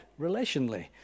relationally